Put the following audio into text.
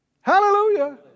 Hallelujah